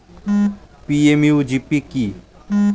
PMEGP কি?